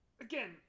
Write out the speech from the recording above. Again